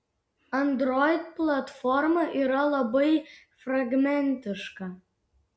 android platforma yra labai fragmentiška